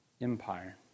Empire